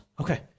Okay